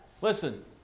listen